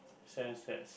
sense that